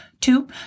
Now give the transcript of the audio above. Two